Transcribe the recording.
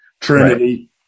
Trinity